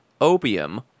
opium